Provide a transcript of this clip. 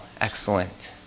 excellent